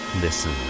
Listen